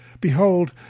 Behold